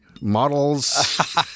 Models